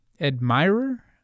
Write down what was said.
Admirer